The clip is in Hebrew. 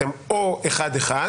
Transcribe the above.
אתם או אחד-אחד,